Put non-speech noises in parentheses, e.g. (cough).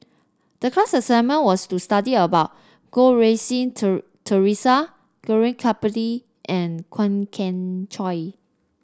the class assignment was to study about Goh Rui Si (unintelligible) Theresa Gaurav Kripalani and Kwok Kian Chow